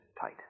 tight